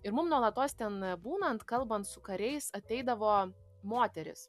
ir mum nuolatos ten būnant kalbant su kariais ateidavo moteris